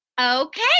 Okay